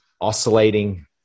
oscillating